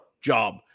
job